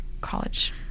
college